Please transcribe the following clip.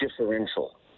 differential